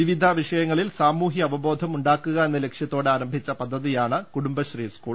വിവിധ വിഷയങ്ങളിൽ സാമൂഹ്യ അവബോധം ഉണ്ടാക്കുക എന്ന ലക്ഷ്യത്തോടെ ആരംഭിച്ച പദ്ധതിയാണ് കുടുംബശ്രീ സ്കൂൾ